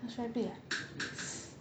yours so big ah